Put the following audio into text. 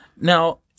Now